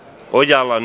ojalan